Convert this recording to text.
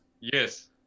Yes